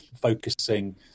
focusing